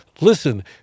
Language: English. Listen